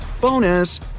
Bonus